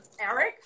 Eric